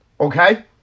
okay